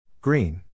Green